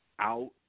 out